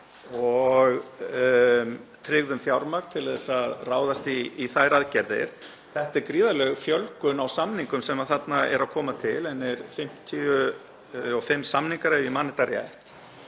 og tryggðum fjármagn til að ráðast í þær aðgerðir. Þetta er gríðarleg fjölgun á samningum sem þarna koma til, þetta eru 55 samningar ef ég man þetta